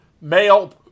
male